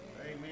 Amen